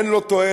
אין בו תועלת,